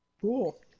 Cool